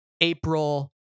April